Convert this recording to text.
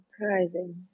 surprising